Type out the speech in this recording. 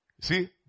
See